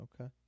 Okay